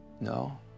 No